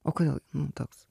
o kodėl toks